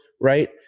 right